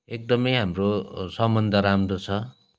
एकदमै हाम्रो सम्बन्ध राम्रो छ